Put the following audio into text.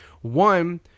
one